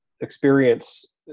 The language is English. experience